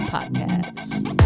Podcast